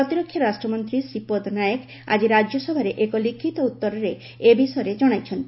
ପ୍ରତିରକ୍ଷା ରାଷ୍ଟ୍ରମନ୍ତ୍ରୀ ଶ୍ରୀପଦ ନାୟକ ଆଜି ରାଜ୍ୟସଭାରେ ଏକ ଲିଖିତ ଉତ୍ତରରେ ଏ ବିଷୟ ଜଣାଇଛନ୍ତି